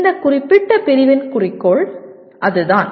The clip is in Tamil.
இந்த குறிப்பிட்ட பிரிவின் குறிக்கோள் அது தான்